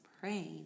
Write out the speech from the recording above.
praying